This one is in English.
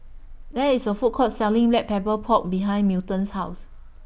There IS A Food Court Selling Black Pepper Pork behind Milton's House